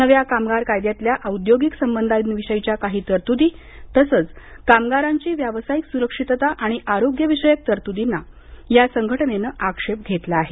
नव्या कामगार कायद्यातल्या औद्योगिक संबंधाविषयीच्या काही तरतुदी तसंच कामगारांची व्यावसायिक सुरक्षितता आणि आरोग्यविषयक तरतुदींना या संघटनेनं आक्षेप घेतला आहे